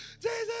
Jesus